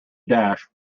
dash